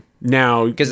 Now